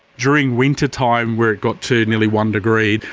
during wintertime where it got to nearly one degree,